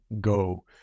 go